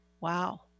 Wow